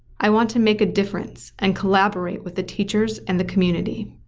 i want to make a difference, and collaborate with the teachers and the community.